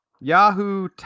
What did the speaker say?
Yahoo